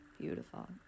beautiful